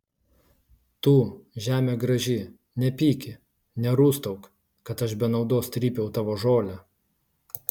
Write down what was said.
tu žeme graži nepyki nerūstauk kad aš be naudos trypiau tavo žolę